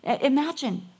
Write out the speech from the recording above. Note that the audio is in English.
Imagine